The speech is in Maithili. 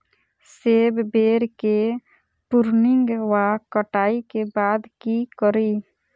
सेब बेर केँ प्रूनिंग वा कटाई केँ बाद की करि?